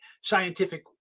scientific